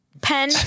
pen